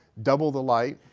double the light.